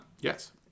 Yes